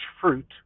fruit